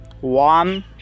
one